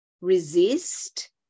Resist